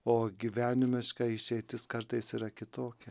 o gyvenimiška išeitis kartais yra kitokia